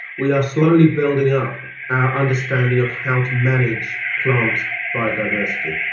we are slowly building up our understanding of how to manage plant biodiversity.